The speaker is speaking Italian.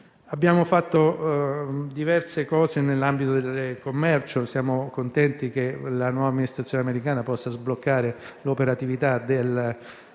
Abbiamo poi operato nell'ambito del commercio. Siamo contenti che la nuova amministrazione americana possa sbloccare l'operatività del